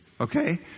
Okay